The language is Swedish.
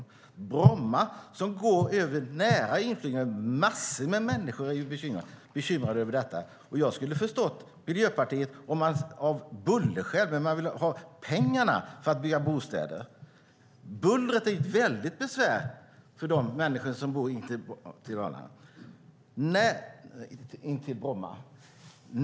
I Bromma är det inflygningar som massor med människor är bekymrade över. Jag skulle ha förstått Miljöpartiet om det handlade om bullerskäl. Men man vill ha pengarna för att bygga bostäder. Bullret är ett stort besvär för de människor som bor intill Bromma flygplats.